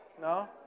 No